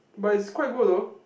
but it's quite good though